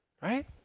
Right